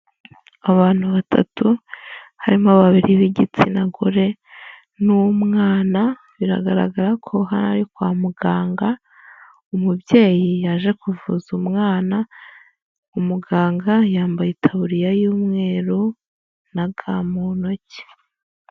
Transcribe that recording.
Abantu batatu harimo babiri b'igitsina gore n'umwana, biragaragara ko hano ari kwa muganga, umubyeyi yaje kuvuza umwana, umuganga yambaye itaburiya y'umweru na ga muntu ntoki.